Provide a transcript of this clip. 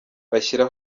bashyira